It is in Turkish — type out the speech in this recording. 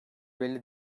belli